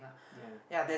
yea